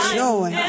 joy